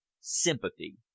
sympathy